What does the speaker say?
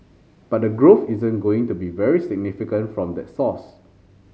but the growth isn't going to be very significant from that source